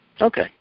Okay